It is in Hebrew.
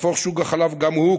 יהפוך שוק החלב גם הוא,